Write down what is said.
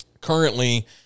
Currently